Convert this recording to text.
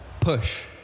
Push